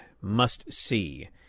must-see